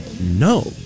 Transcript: No